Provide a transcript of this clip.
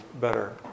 better